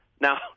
Now